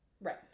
right